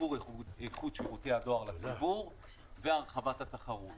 שיפור איכות שירותי הדואר לציבור והרחבת התחרות.